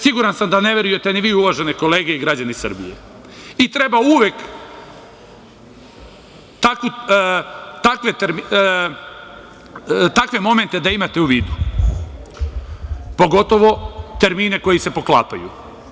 Siguran sam da ne verujete ni vi uvažene kolege i građani Srbije i treba uvek takve momente da imate u vidu, pogotovo termine koji se poklapaju.